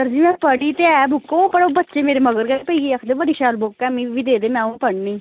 sir ji में पढ़ी ते ऐ बुक ओह् पर बच्चे मेरे मगर गै पेइयै ते आक्खदे बड़ी शैल बुक ऐ ते मिगी देई ओड़ो ना ओह् पढ़ने ई